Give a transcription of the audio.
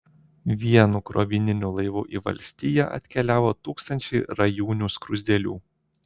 vienu krovininiu laivu į valstiją atkeliavo tūkstančiai rajūnių skruzdėlių